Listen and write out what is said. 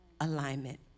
alignment